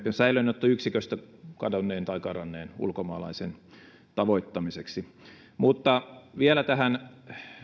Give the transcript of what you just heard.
säilöönottoyksiköstä kadonneen tai karanneen ulkomaalaisen tavoittamiseksi mutta vielä tähän